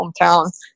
hometown